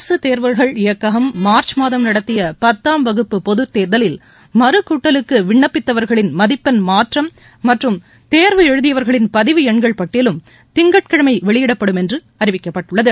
அரசுத் தேர்வுகள் இயக்ககம் மார்ச் மாதம் நடத்திய பத்தாம் வகுப்பு பொதுத் தேர்தலில் மறு கூட்டலுக்கு விண்ணப்பித்தவர்களின் மதிப்பெண் மாற்றம் மற்றம் தேர்வு எழுதியவர்களின் பதிவு எண்கள் பட்டியலும் திங்கட்கிழமை வெளியிடப்படும் என்று அறிவித்துள்ளது